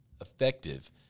effective